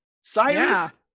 Cyrus